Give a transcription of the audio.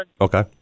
Okay